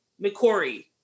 McCory